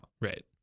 Right